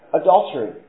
adultery